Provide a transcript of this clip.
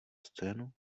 scénu